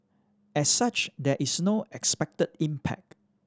as such there is no expected impact